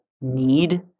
need